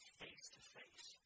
face-to-face